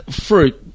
fruit